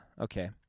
Okay